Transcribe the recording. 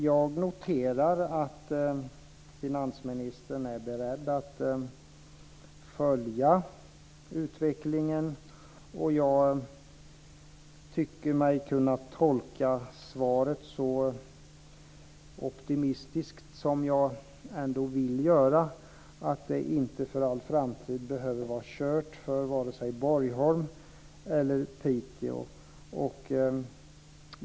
Jag noterar att finansministern är beredd att följa utvecklingen, och jag tolkar svaret så optimistiskt som jag vill göra, dvs. att det inte för all framtid behöver vara kört för vare sig Borgholm eller Piteå.